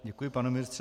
Děkuji, pane ministře.